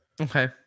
Okay